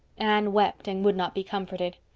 anne wept and would not be comforted.